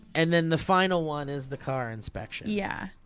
and then the final one is the car inspection. yeah,